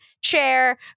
Chair